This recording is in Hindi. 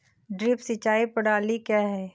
ड्रिप सिंचाई प्रणाली क्या है?